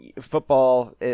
football